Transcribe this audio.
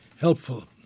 helpful